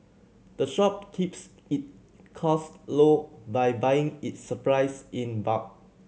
the shop keeps it cost low by buying its supplies in bulk